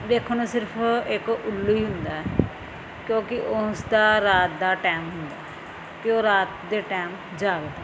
ਦੇਖਣ ਨੂੰ ਸਿਰਫ ਇੱਕ ਉੱਲੂ ਹੀ ਹੁੰਦਾ ਹੈ ਕਿਉਂਕਿ ਉਸ ਦਾ ਰਾਤ ਦਾ ਟੈਮ ਹੁੰਦਾ ਹੈ ਅਤੇ ਉਹ ਰਾਤ ਦੇ ਟੈਮ ਜਾਗਦਾ ਹੈ